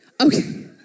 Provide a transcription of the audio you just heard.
Okay